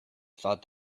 thought